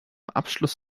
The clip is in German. abschluss